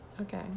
Okay